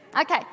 Okay